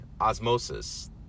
Osmosis